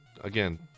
Again